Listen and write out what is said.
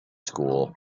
school